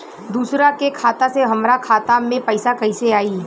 दूसरा के खाता से हमरा खाता में पैसा कैसे आई?